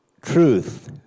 truth